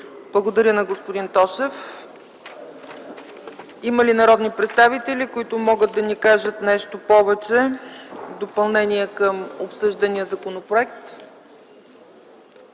Благодаря на господин Тошев. Има ли народни представители, които могат да ни кажат нещо повече в допълнение към обсъждания законопроект?